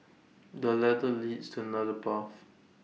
the ladder leads to another path